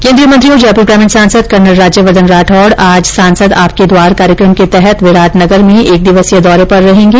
केन्द्रीय मंत्री और जयपुर ग्रामीण सांसद कर्नल राज्यवर्धन राठौड़ आज सांसद आपके द्वार कार्यक्रम के तहत विराटनगर में एक दिवसीय दौरे पर रहेंगे